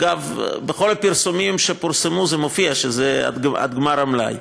אגב, בכל הפרסומים מופיע שזה עד גמר המלאי.